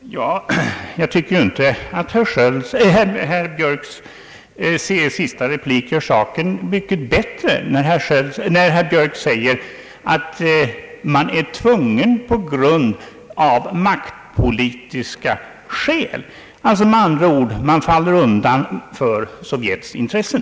Herr talman! Jag tycker inte att herr Björks senaste replik gör saken mycket bättre. Han säger att det av maktpolitiska skäl är nödvändigt att bevara det kommunistiska systemet. Med andra ord: man faller undan för Sovjets intressen.